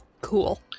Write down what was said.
Cool